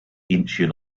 incheon